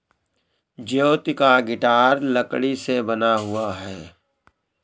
ज्योति का गिटार लकड़ी से बना हुआ है